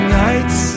nights